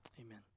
Amen